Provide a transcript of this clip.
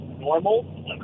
normal